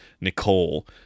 Nicole